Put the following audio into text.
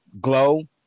glow